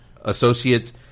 associates